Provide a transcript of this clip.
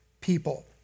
people